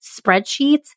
spreadsheets